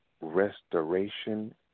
restoration